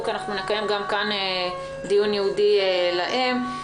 כי אנחנו נקיים כאן דיון ייעודי עליהם.